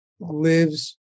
lives